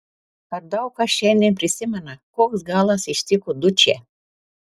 ar daug kas šiandien prisimena koks galas ištiko dučę